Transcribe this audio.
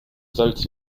salz